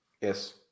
Yes